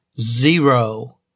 zero